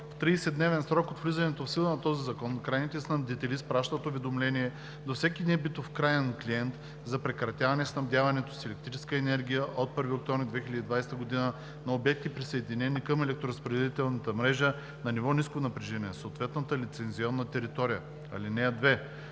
В 30-дневен срок от влизането в сила на този закон крайните снабдители изпращат уведомление до всеки небитов краен клиент за прекратяване снабдяването с електрическа енергия от 1 октомври 2020 г. на обекти, присъединени към електроразпределителна мрежа на ниво ниско напрежение, в съответната лицензионна територия. (2)